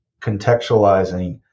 contextualizing